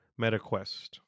MetaQuest